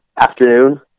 afternoon